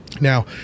now